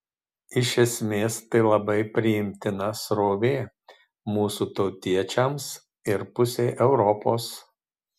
iš esmės tai labai priimtina srovė mūsų tautiečiams ir pusei europos